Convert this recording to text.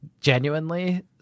genuinely